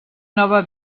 nova